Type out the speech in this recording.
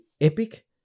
Epic